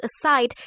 aside